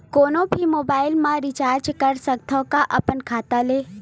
कोनो भी मोबाइल मा रिचार्ज कर सकथव का अपन खाता ले?